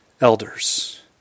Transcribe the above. elders